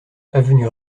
avenue